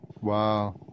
wow